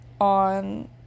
on